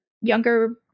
younger